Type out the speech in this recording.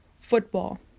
Football